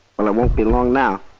well, i won't be long now.